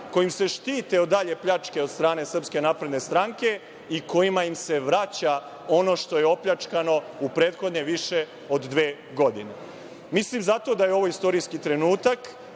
kojim se štite od dalje pljačke od strane SNS i kojim se vraća ono što je opljačkano u prethodne više od dve godine. Mislim zato da je ovo istorijski trenutak.